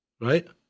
right